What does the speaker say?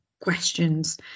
questions